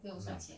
mm